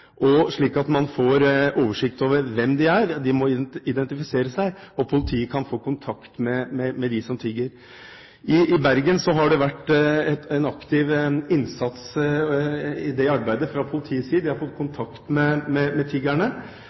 er. De må identifisere seg, og politiet kan få kontakt med dem som tigger. I Bergen har det vært en aktiv innsats i forbindelse med det arbeidet fra politiets side. De har fått kontakt med tiggerne og satt inn forskjellige tiltak lokalt. Hvis man sammenligner sommeren 2009 med